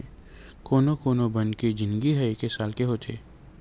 कोनो कोनो बन के जिनगी ह एके साल के होथे